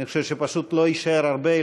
אני חושב שפשוט לא יישאר הרבה,